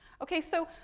okay, so,